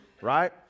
right